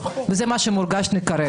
וזה מה שמורגש לי כרגע.